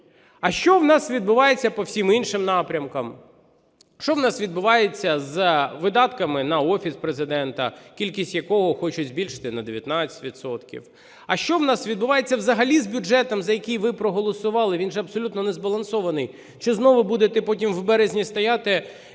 А що у нас відбувається по всім іншим напрямкам? Що у нас відбувається з видатками на Офіс Президента, кількість якого хочуть збільшити на 19 відсотків? А що у нас відбувається взагалі з бюджетом, за який ви проголосували, він же абсолютно не збалансований? Чи знову будете потім у березні стояти